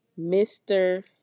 Mr